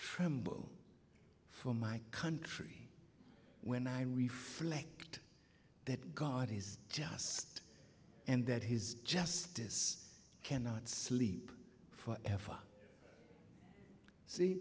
tremble for my country when i reflect that god is just and that his justice cannot sleep for ever see